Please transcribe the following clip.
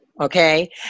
Okay